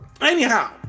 Anyhow